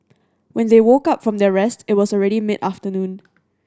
when they woke up from their rest it was already mid afternoon